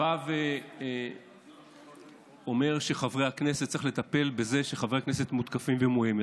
בא ואומר שצריך לטפל בזה שחברי הכנסת מותקפים ומאוימים.